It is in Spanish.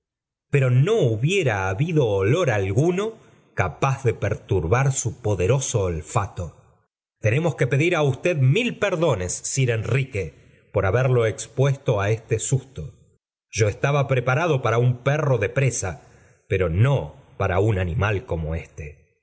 pero no hubiera habido olor alguno capaz de perturbar su poderoso olfato tenemos que pedir á usted mil perdones sir enrique por haberlo expuesto á este susto yo estaba preparado para un perro de presa pero no para un animal como éste